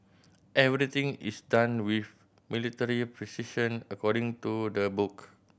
everything is done with military precision according to the book